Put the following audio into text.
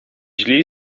źli